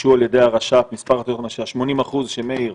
הוגשו על ידי הרש"פ, מס' התוכניות, ה-80% שמאיר,